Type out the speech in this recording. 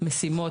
משימות,